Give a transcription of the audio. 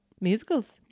Musicals